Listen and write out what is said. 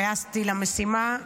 שהתגייסתי למשימה.